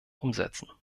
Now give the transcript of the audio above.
umsetzen